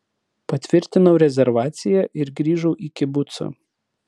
patvirtinau rezervaciją ir grįžau į kibucą